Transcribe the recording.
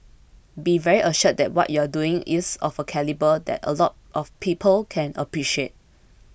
be very assured that what you're doing is of a calibre that a lot of people can appreciate